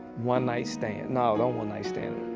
one night stand, nah don't one night stand